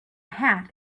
hat